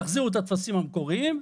תחזירו את הטפסים המקוריים.